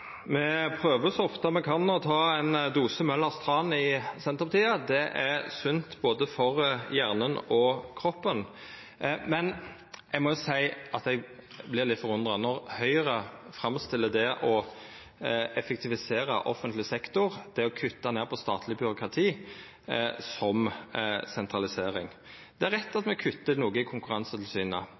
Me prøver så ofte me kan å ta ein dose Møllers tran i Senterpartiet. Det er sunt for både hjernen og kroppen. Eg må seia at eg vert litt forundra når Høgre framstiller det å effektivisera offentleg sektor, det å kutta ned på statleg byråkrati, som sentralisering. Det er rett at me kuttar noko i Konkurransetilsynet.